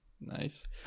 nice